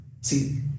See